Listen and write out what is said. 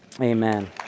Amen